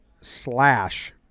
slash